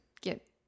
get